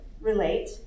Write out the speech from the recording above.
relate